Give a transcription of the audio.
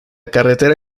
carretera